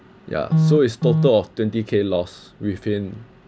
ya so is total of twenty k loss within